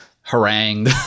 harangued